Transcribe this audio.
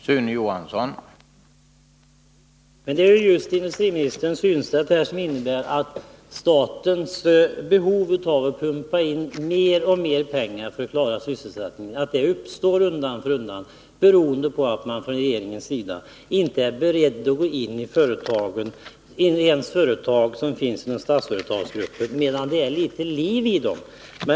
Herr talman! Men det är just industriministerns synsätt här som leder till statens behov av att pumpa in mer och mer pengar i företagen för att klara sysselsättningen. Det behovet ökar undan för undan, beroende på att regeringen inte är beredd att gå in ens i företag inom Statsföretagsgruppen medan det ännu finns litet liv i dem.